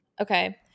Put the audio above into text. Okay